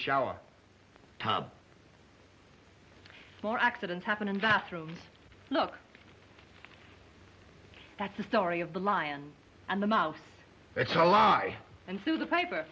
shower tub more accidents happen in bathrooms look that's the story of the lion and the mouse it's a lie and sue the paper